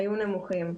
היו נמוכים,